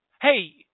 Hey